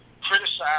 criticize